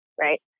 right